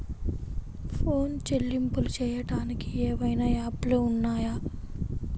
Phone చెల్లింపులు చెయ్యటానికి ఏవైనా యాప్లు ఉన్నాయా?